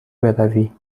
بروی